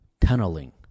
tunneling